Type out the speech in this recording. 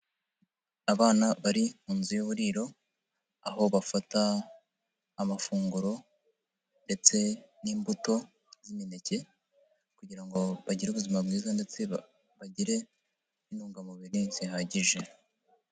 Abana bari mu nzu y'uburiro, aho bafata amafunguro ndetse n'imbuto z'imineke kugira ngo bagire ubuzima bwiza, ndetse bagire n'intungamubiri zihagije.